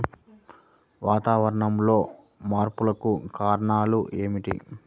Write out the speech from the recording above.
వాతావరణంలో మార్పులకు కారణాలు ఏమిటి?